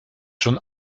schon